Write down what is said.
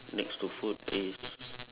next to food is